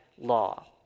law